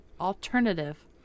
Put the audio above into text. Alternative